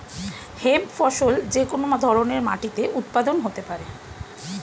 hemp ফসল যে কোন ধরনের মাটিতে উৎপাদন হতে পারে